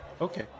okay